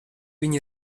viņa